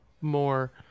more